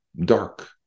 dark